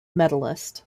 medalist